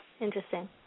interesting